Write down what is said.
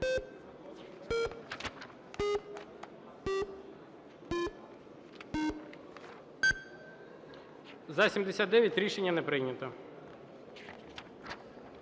За-78 Рішення не прийнято.